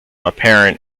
apparent